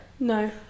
No